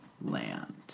land